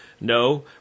No